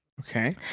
Okay